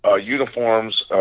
uniforms